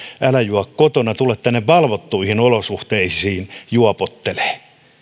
älä juo kotona tule tänne valvottuihin olosuhteisiin juopottelemaan